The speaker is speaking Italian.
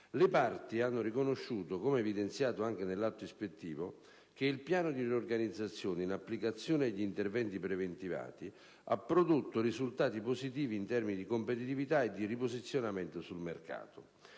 Le parti hanno riconosciuto, come evidenziato anche nell'atto ispettivo, che il piano di riorganizzazione, in applicazione degli interventi preventivati, ha prodotto risultati positivi in termini di competitività e di riposizionamento sul mercato.